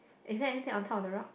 is there anything on top of the rock